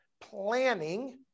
planning